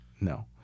No